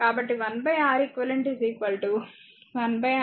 కాబట్టి 1 R eq 1 R1 1 R2